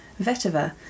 Vetiver